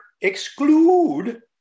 exclude